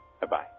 Bye-bye